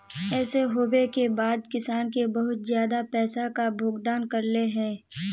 ऐसे होबे के बाद किसान के बहुत ज्यादा पैसा का भुगतान करले है?